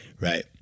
right